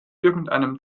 irgendeinem